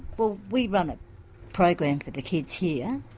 well we run a program for the kids here.